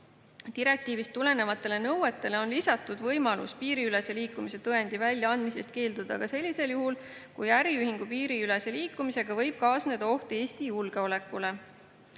Direktiivist tulenevatele nõuetele on lisatud võimalus piiriülese liikumise tõendi väljaandmisest keelduda ka sellisel juhul, kui äriühingu piiriülese liikumisega võib kaasneda oht Eesti julgeolekule.